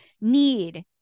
need